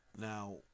Now